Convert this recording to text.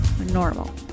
normal